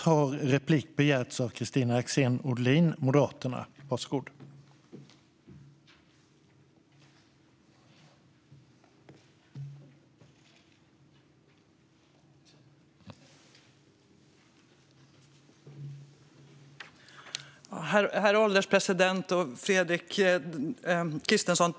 Herr ålderspresident och Fredrik Christensson!